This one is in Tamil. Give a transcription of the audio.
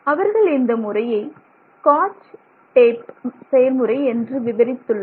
அவர்கள் இந்த செயல்முறையை ஸ்காட்ச் டேப் செயல்முறை என்று விவரித்துள்ளனர்